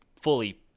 fully